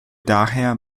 daher